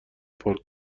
پارک